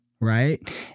right